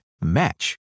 match